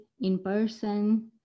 in-person